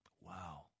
Wow